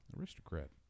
Aristocrat